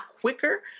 quicker